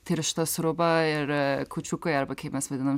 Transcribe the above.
tiršta sriuba ir kūčiukai arba kaip mes vadinam